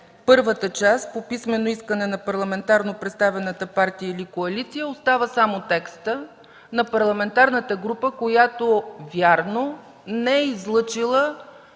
първата част – „по писмено искане на парламентарно представената партия или коалиция”, остава само текстът „на парламентарната група, която”, вярно, „не е излъчила